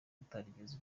utarigeze